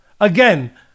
Again